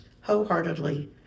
wholeheartedly